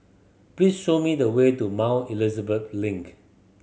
please show me the way to Mount Elizabeth Link